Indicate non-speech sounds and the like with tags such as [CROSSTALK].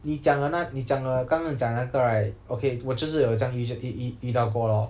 你讲的那你讲的刚刚讲的那个 right okay 我就是有这样 [NOISE] 遇到过 lor